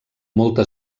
molta